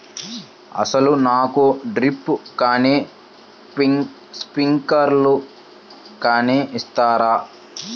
అసలు నాకు డ్రిప్లు కానీ స్ప్రింక్లర్ కానీ ఇస్తారా?